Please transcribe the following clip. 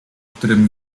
którym